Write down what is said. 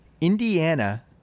Indiana